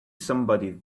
somebody